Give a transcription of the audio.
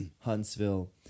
Huntsville